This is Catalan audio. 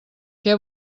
què